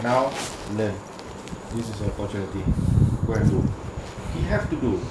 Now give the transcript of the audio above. now learn this is opportunity go and do he have to do